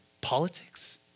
politics